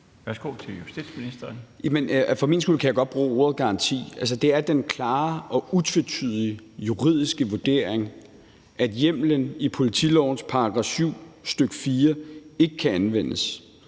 (Peter Hummelgaard): For min skyld kan jeg godt bruge ordet garanti. Altså, det er den klare og utvetydige juridiske vurdering, at hjemmelen i politilovens § 7, stk. 4, ikke kan anvendes.